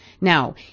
Now